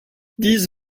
dies